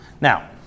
Now